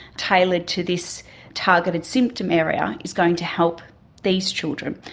tailored to this targeted symptom area is going to help these children.